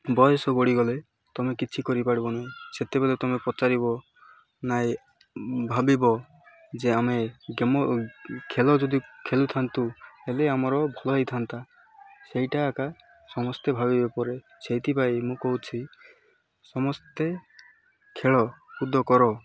ବୟସ ଗଡ଼ିିଗଲେ ତମେ କିଛି କରିପାରିବନି ସେତେବେଳେ ତମେ ପଚାରିବ ନାଇଁ ଭାବିବ ଯେ ଆମେ ଗେମ୍ ଖେଲ ଯଦି ଖେଲୁଥାନ୍ତୁ ହେଲେ ଆମର ଭଲ ହୋଇଥାନ୍ତା ସେଇଟା ଆକା ସମସ୍ତେ ଭାବିବେ ପରେ ସେଇଥିପାଇଁ ମୁଁ କହୁଛି ସମସ୍ତେ ଖେଳକୁଦ କର